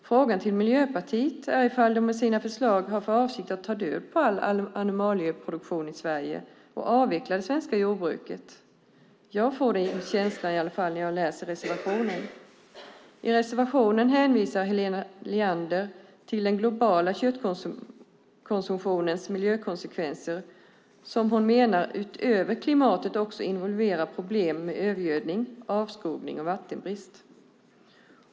Frågan till Miljöpartiet är ifall de med sina förslag har för avsikt att ta död på all animalieproduktion i Sverige och avveckla det svenska jordbruket. Jag får den känslan i all fall när jag läser reservationen. I reservationen hänvisar Helena Leander till den globala köttkonsumtionens miljökonsekvenser som hon menar utöver klimatet också involverar problem med övergödning, avskogning och vattenbrist.